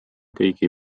kõigi